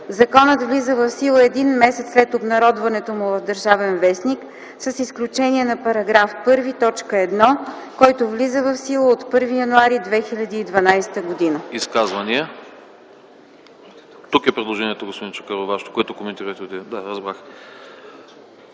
Законът влиза в сила един месец след обнародването му в „Държавен вестник”, с изключение на § 1, т. 1, който влиза в сила от 1 януари 2012 г.”